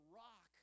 rock